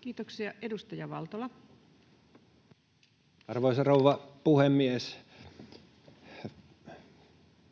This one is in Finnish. Time: 17:55 Content: Arvoisa rouva puhemies!